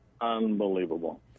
unbelievable